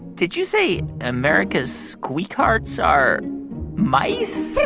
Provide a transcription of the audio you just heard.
did you say america's squeakhearts are mice?